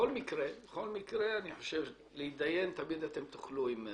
בכל מקרה, להתדיין תמיד אתם תוכלו עם רת"א,